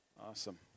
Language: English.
Awesome